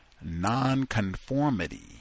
Nonconformity